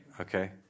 Okay